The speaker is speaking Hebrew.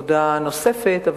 עבודה נוספת,